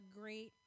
great